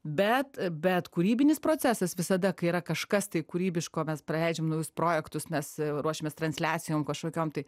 bet bet kūrybinis procesas visada kai yra kažkas tai kūrybiško mes paleidžiam naujus projektus mes ruošiamės transliacijom kažkokiom tai